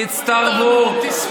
תתאמו איתנו, תספרו אותנו.